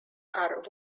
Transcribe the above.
are